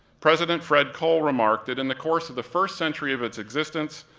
president fred cole remarked that in the course of the first century of its existence,